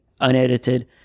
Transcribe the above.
unedited